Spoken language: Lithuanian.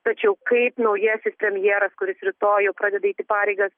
tačiau kaip naujasis premjeras kuris rytoj pradeda eiti pareigas